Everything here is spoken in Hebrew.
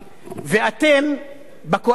ואתם בקואליציה